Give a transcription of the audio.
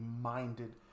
minded